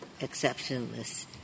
exceptionless